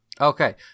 Okay